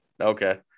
okay